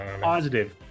positive